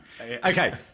Okay